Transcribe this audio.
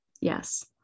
Yes